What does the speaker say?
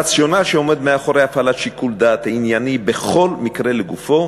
הרציונל שעומד מאחורי הפעלת שיקול דעת ענייני בכל מקרה לגופו